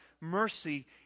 mercy